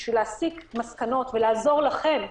כדי להסיק מסקנות ולעזור לכם,